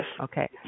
Okay